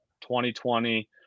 2020